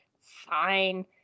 fine